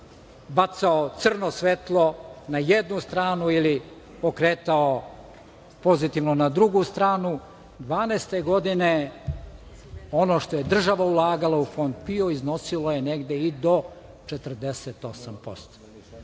bacao crno svetlo na jednu stranu ili pokretao pozitivno na drugu stranu, 2012. godine ono što je država ulagala u Fond PIO iznosilo je negde i do